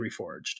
Reforged